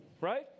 right